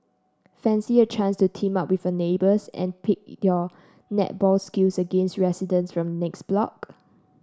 fancy a chance to team up with your neighbours and pit your netball skills against residents from the next block